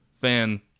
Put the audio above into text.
fan